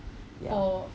ya